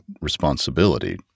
responsibility